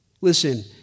Listen